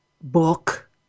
book